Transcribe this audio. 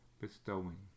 bestowing